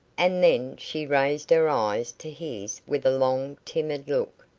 and then she raised her eyes to his with a long, timid look.